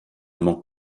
manque